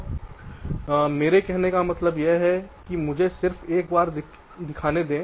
तो मेरे कहने का मतलब यह है कि मुझे सिर्फ एक बार दिखाने दे